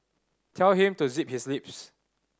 tell him to zip his lips